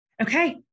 Okay